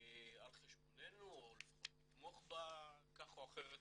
על חשבוננו או לפחות לתמוך כך או אחרת